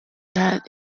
that